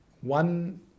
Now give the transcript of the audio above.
One